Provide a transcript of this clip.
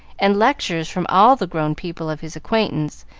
and lectures from all the grown people of his acquaintance,